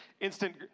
Instant